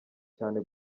cyane